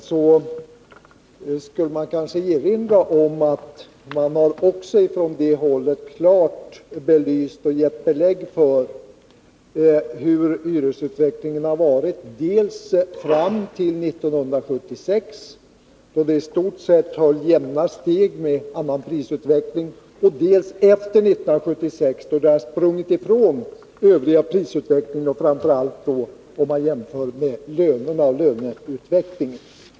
Det skall kanske erinras om att man från det hållet också klart har belyst hur prisutvecklingen har varit dels fram till 1976, då hyrorna i stort sett höll jämna steg med annan prisutveckling, dels efter 1976, då hyrorna har sprungit ifrån övrig prisutveckling och framför allt löneutvecklingen.